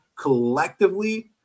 collectively